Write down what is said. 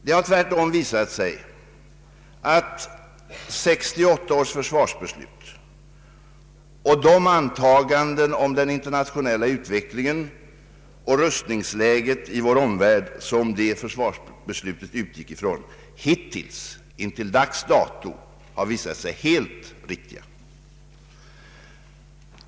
Det har tvärtom visat sig att 1968 års försvarsbeslut och de antaganden om den internationella utvecklingen och rustningsläget i vår omvärld, som det försvarsbeslutet utgick från, intill dags dato har varit helt riktiga.